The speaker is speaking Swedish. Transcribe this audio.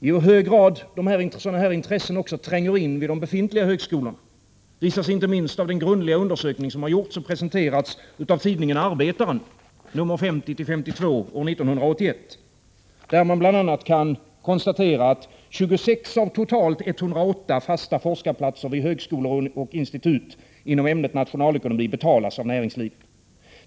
I hur hög grad sådana här intressen tränger in i de befintliga högskolorna visas inte minst av den grundliga undersökning som har gjorts och presenterats av tidningen Arbetaren nr 50-52 år 1981, där man bl.a. kan konstatera att 26 av totalt 108 fasta forskarplatser vid högskolor och institut inom ämnet nationalekonomi betalas av näringslivet.